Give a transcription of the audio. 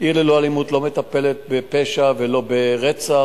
"עיר ללא אלימות" לא מטפלת בפשע ולא ברצח,